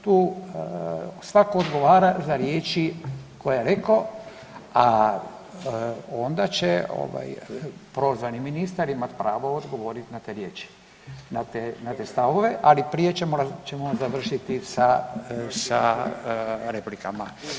Tu svatko odgovara za riječi koje je rekao, a onda će prozvani ministar imati pravo odgovoriti na te riječi, na te stavove, ali prije ćemo završiti sa replikama.